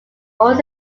also